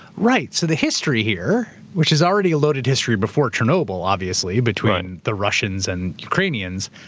right, so the history here, which is already a loaded history before chernobyl, obviously between the russians and ukrainians,